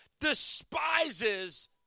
despises